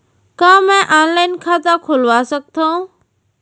का मैं ऑनलाइन खाता खोलवा सकथव?